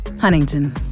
Huntington